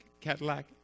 Cadillac